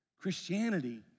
Christianity